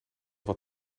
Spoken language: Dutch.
wat